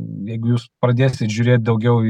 jeigu jūs pradėsit žiūrėt daugiau į